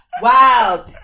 Wow